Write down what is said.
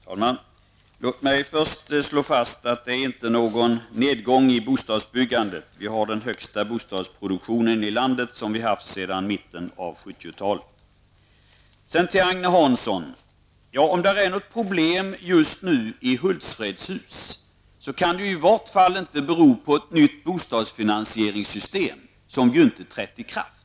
Herr talman! Låt mig först slå fast att det inte är någon nedgång i bostadsbyggandet. Vi har här i landet den största produktionen sedan mitten av Jag vill till Agne Hansson säga följande. Om det just nu råder problem i Hultsfredshus kan det i varje fall inte bero på ett nytt bostadsfinansieringssystem, som ju ännu inte har trätt i kraft.